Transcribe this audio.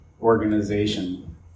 organization